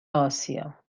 آسیا